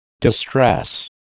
Distress